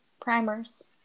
primers